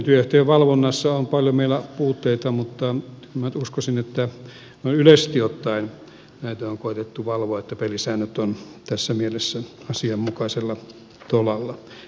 näitten työehtojen valvonnassa on paljon meillä puutteita mutta kyllä minä nyt uskoisin että noin yleisesti ottaen näitä on koetettu valvoa että pelisäännöt ovat tässä mielessä asianmukaisella tolalla